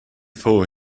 fool